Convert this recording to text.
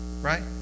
right